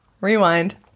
rewind